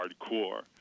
hardcore